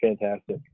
fantastic